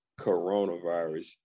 coronavirus